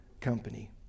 company